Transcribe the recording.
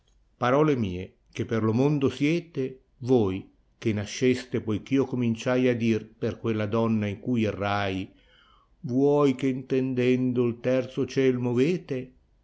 anle mie che per lo mondo siete voi che oasceste poichmo cominciai a dir per quella donna in cui errai vuoi che intendendo il terzo del movete